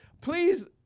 Please